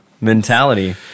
mentality